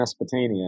Mesopotamia